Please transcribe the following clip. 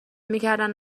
میکردن